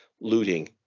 looting